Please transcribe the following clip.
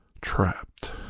Trapped